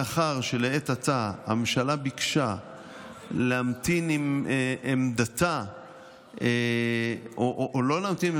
מאחר שלעת עתה הממשלה ביקשה להמתין עם עמדתה או לא להמתין,